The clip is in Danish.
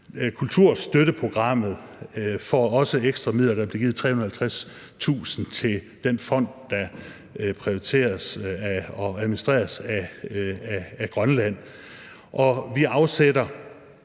Kulturstøtteprogrammet får også ekstra midler, for der bliver givet 350.000 til den fond, der prioriteres og administreres af Grønland, og vi afsætter